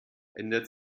ändert